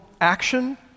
action